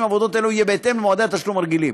עבודות אלו יהיה בהתאם למועדי התשלום הרגילים.